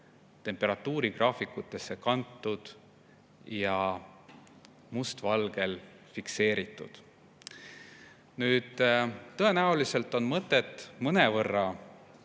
temperatuurigraafikutesse kantud ja must valgel fikseeritud. Nüüd on tõenäoliselt mõtet pidada mõnevõrra